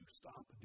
stop